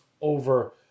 over